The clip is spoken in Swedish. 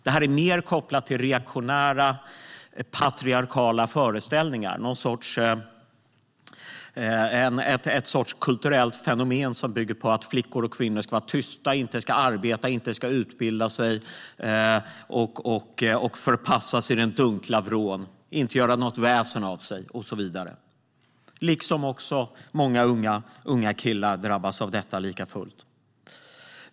Det här är mer kopplat till reaktionära patriarkala föreställningar, ett kulturellt fenomen som bygger på att flickor och kvinnor ska vara tysta och inte arbeta eller utbilda sig utan förpassas till en dunkel vrå och inte göra något väsen av sig. Även unga killar drabbas av detta. Herr talman!